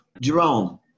Jerome